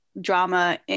drama